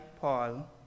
Paul